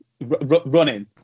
running